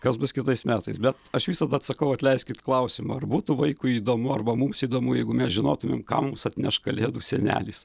kas bus kitais metais bet aš visada sakau atleiskit klausimą ar būtų vaikui įdomu arba mums įdomu jeigu mes žinotumėm ką mums atneš kalėdų senelis